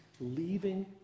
leaving